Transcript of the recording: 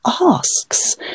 asks